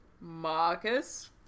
Marcus